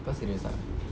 kau serious ah